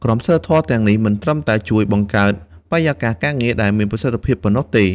ក្រមសីលធម៌ទាំងនេះមិនត្រឹមតែជួយបង្កើតបរិយាកាសការងារដែលមានប្រសិទ្ធភាពប៉ុណ្ណោះទេ។